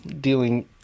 dealing